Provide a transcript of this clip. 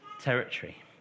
territory